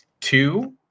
two